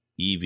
EV